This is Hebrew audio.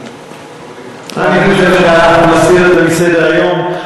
אני מציע להסיר את זה מסדר-היום.